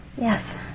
Yes